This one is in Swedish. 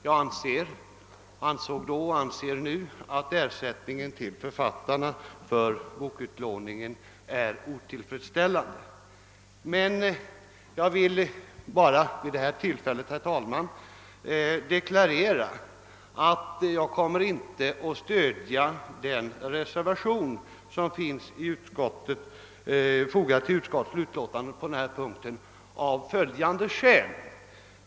Jag ansåg då och anser fortfarande att ersättningen till författarna för bokutlåningen är otillfredsställande. Men jag vill vid detta tillfälle, herr talman, ändå deklarera att jag inte kommer att stödja den reservation som fogats till denna punkt i utlåtandet. Skälen härtill är följande.